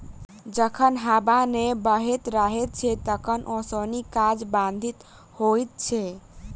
जखन हबा नै बहैत रहैत छै तखन ओसौनी काज बाधित होइत छै